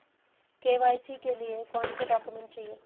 KYC के लिए कौनसे डॉक्यूमेंट चाहिये?